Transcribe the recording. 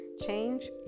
change